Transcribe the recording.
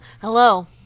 Hello